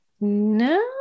no